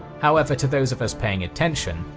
however, to those of us paying attention,